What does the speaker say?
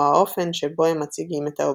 או האופן שבו הם מציגים את האובייקט.